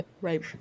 right